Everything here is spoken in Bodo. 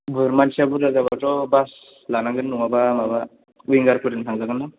मानसिया बुरजा जाबाथ' बास लानांगोन नङाबा माबा विंगारफोरजों थांजागोन ना